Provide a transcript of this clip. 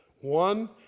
one